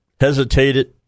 hesitated